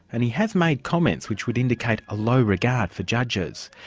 and he has made comments which would indicate a low regard for judges.